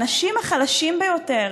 האנשים החלשים ביותר,